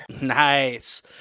Nice